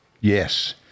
Yes